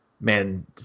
man